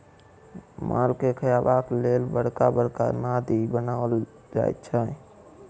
मालके खयबाक लेल बड़का बड़का नादि बनाओल जाइत छै